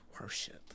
worship